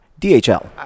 DHL